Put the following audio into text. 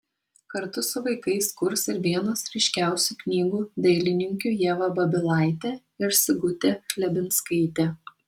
kartu su vaikais kurs ir vienos ryškiausių knygų dailininkių ieva babilaitė ir sigutė chlebinskaitė